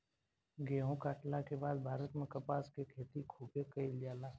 गेहुं काटला के बाद भारत में कपास के खेती खूबे कईल जाला